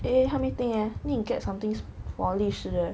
eh help me think leh need get some things for lishi eh